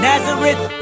Nazareth